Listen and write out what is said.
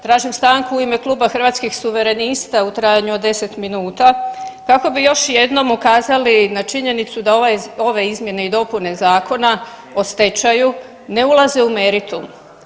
Tražim stanku u ime Kluba Hrvatskih suverenista u trajanju od 10 minuta kako bi još jednom ukazali na činjenicu da ovaj, ove izmjene i dopune Zakona o stečaju ne ulaze u meritum.